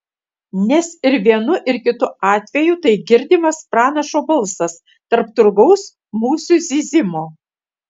nes ir vienu ir kitu atveju tai girdimas pranašo balsas tarp turgaus musių zyzimo